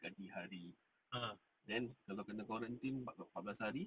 gaji hari then kalau kena quarantine empat belas hari